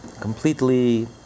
completely